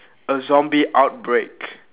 a zombie outbreak